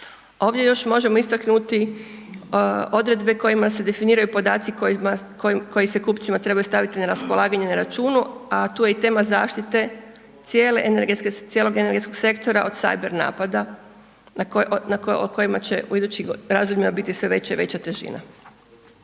Ovdje još možemo istaknuti odredbe kojima se definiraju podaci koji se kupcima trebaju staviti na raspolaganje na računu, a tu je i tema zaštite cijelog energetskog sektora od sajber napada o kojima će u idućim razdobljima biti sve veća i veća težina.